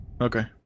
Okay